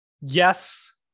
Yes